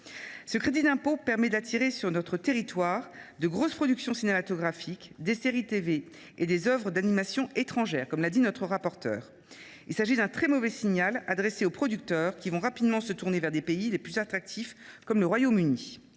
ce crédit d’impôt permet d’attirer sur notre territoire de grosses productions cinématographiques, des séries télévisuelles et des œuvres d’animation étrangères. Il s’agit donc d’un très mauvais signal adressé aux producteurs, qui vont rapidement se tourner vers les pays les plus attractifs, comme le Royaume Uni.